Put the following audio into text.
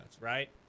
right